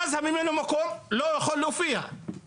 ואז ממלא המקום לא יכול להופיע.